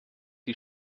die